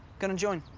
gonna join.